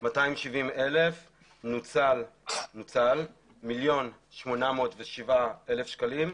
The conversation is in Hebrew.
5,270,000. נוצל 1,807,000 שקלים.